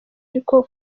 ariko